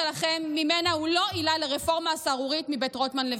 הכאב שלכם ממנה הוא לא עילה לרפורמה סהרורית מבית רוטמן-לוין.